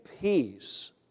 peace